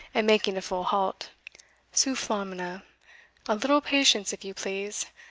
and making a full halt sufflamina a little patience, if you please.